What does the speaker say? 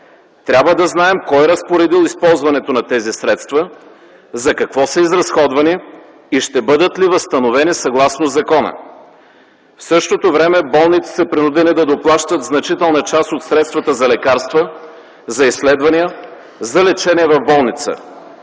Трябва да знаем кой е разпоредил използването на тези средства, за какво са изразходвани и ще бъдат ли възстановени съгласно закона? В същото време болниците са принудени да доплащат значителна част от средствата за лекарства, за изследвания, за лечение в болница.